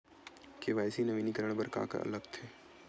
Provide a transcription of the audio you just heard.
KYC नवीनीकरण बर का का लगथे?